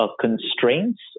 constraints